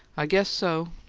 i guess so,